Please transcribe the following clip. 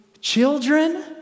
children